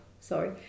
sorry